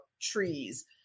trees